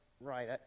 right